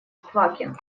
квакин